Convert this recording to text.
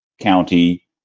county